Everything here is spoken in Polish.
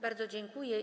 Bardzo dziękuję.